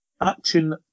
action